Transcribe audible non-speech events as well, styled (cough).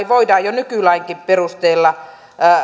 (unintelligible) voidaan jo nykylainkin perusteella